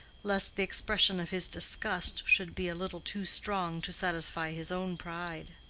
lest the expression of his disgust should be a little too strong to satisfy his own pride.